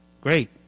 Great